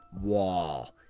wall